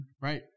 Right